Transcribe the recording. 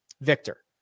Victor